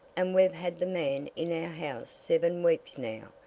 and we've had the man in our house seven weeks now,